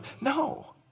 no